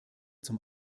zum